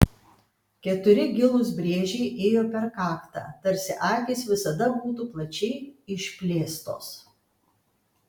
keturi gilūs brėžiai ėjo per kaktą tarsi akys visada būtų plačiai išplėstos